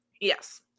Yes